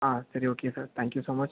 ஆ சரி okay sir thank you so much